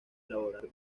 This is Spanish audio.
elaborar